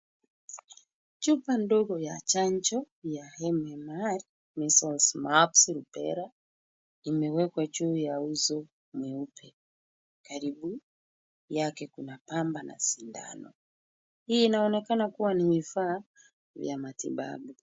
Chupa ndogo ya chanjo ya MMR measles, mumps, rubella imewekwa juu ya uso mweupe, karibu yake kuna pamba na sindano. Hii inaonekana kuwa ni vifaa vya matibabu.